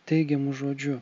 teigiamu žodžiu